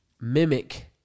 mimic